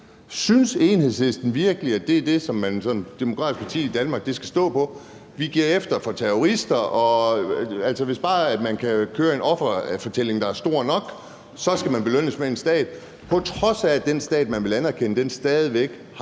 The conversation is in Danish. Synes Enhedslisten virkelig, at det er det, man som demokratisk parti i Danmark skal stå på, altså at vi giver efter for terrorister, og at hvis bare man kan køre en offerfortælling, der er stor nok, skal man belønnes med en stat, på trods af at den stat, man vil anerkende, stadig væk har